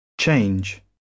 Change